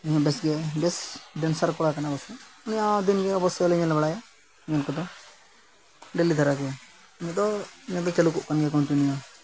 ᱱᱩᱭ ᱦᱚᱸ ᱵᱮᱥ ᱜᱮ ᱵᱮᱥ ᱰᱮᱱᱥᱟᱨ ᱠᱚᱲᱟ ᱠᱟᱱᱟᱭ ᱚᱵᱚᱥᱥᱳᱭ ᱩᱱᱤᱭᱟᱜ ᱦᱚᱸ ᱫᱤᱱ ᱜᱮ ᱚᱵᱚᱥᱥᱳᱭ ᱞᱮ ᱧᱮᱞ ᱵᱟᱲᱟᱭᱟ ᱧᱮᱞ ᱠᱚᱫᱚ ᱰᱮᱞᱤ ᱫᱷᱟᱨᱟ ᱜᱮ ᱱᱩᱭ ᱫᱚ ᱤᱱᱟᱹ ᱫᱚ ᱪᱟᱹᱞᱩ ᱠᱚᱜ ᱠᱟᱱ ᱜᱮᱭᱟ ᱠᱚᱱᱴᱤᱱᱤᱭᱩ